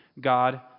God